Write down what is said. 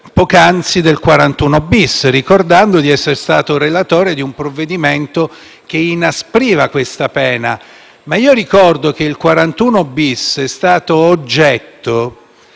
penitenziario, ricordando di essere stato relatore di un provvedimento che inaspriva questa pena, ma ricordo che il 41-*bis* è stato oggetto